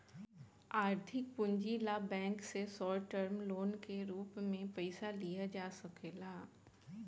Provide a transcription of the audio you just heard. आर्थिक पूंजी ला बैंक से शॉर्ट टर्म लोन के रूप में पयिसा लिया सकेला